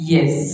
Yes